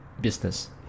business